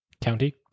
County